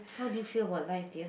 how do you feel about life dear